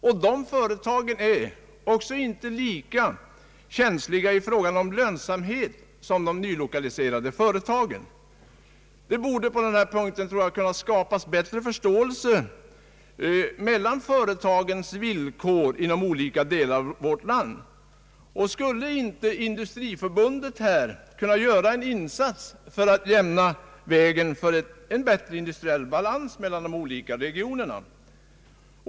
Dessa företag är för Övrigt inte heller lika känsliga i fråga om lönsamhet som de nylokaliserade företagen. Det borde på den här punkten kunna skapas en bättre förståelse mellan företagens villkor inom olika delar av vårt land. Skulle inte Industriförbundet här kunna göra en insats för att jämna vägen för en bättre industriell balans mellan olika regioner?